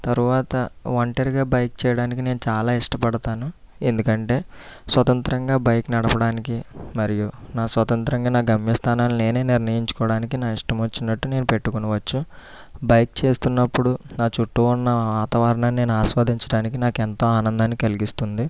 తరువాత ఒంటరిగా బైక్ చేయడానికి నేను చాలా ఇష్టపడతాను ఎందుకంటే స్వతంత్రంగా బైక్ నడపడానికి మరియు నా స్వతంత్రంగా నా గమ్యస్థానాలని నేనే నిర్ణయించుకోవడానికి నా ఇష్టం వచ్చినట్టు నేను పెట్టుకొనవచ్చు బైక్ చేస్తున్నప్పుడు నా చుట్టూ ఉన్న వాతావరణాన్ని ఆస్వాదించడం నాకెంతో ఆనందాన్ని కలిగిస్తుంది